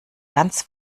ganz